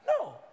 No